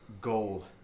goal